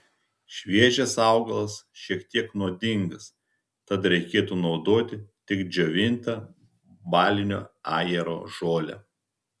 šviežias augalas šiek tiek nuodingas tad reikėtų naudoti tik džiovintą balinio ajero žolę